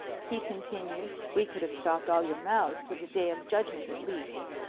he continued we could have stopped all your mouths till the day of judgment at least.